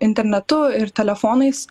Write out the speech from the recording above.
internetu ir telefonais